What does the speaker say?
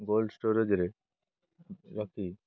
gold ଷ୍ଟୋରେଜ୍ରେ ରଖି